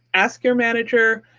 ask your manager,